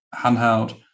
handheld